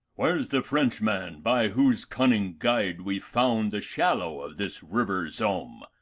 where's the french man by whose cunning guide we found the shallow of this river somme,